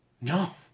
No